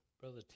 Brother